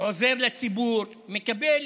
עוזר לציבור, מקבל